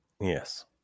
Yes